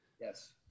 Yes